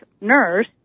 nurse